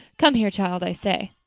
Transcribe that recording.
come here, child, i say.